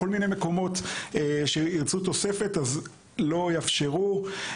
כל מיני מקומות שירצו תוספת לא יאפשרו.